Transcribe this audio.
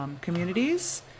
communities